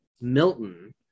Milton